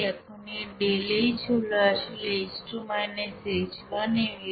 এখন এই ΔH হল আসলে H2 - H1